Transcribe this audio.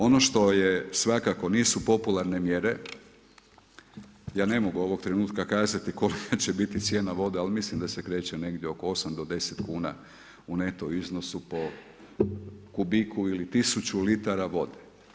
Ono što je svakako nisu popularne mjere, ja ne mogu ovog trenutka kazati koja će biti cijena vode, ali mislim da se kreće negdje oko 8 do 10 kuna u neto iznosu po kubiku ili tisuću litara vode.